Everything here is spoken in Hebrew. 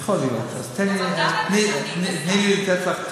גם אתה, יכול להיות, אז תני לי לתת לך טיפ.